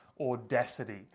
audacity